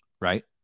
right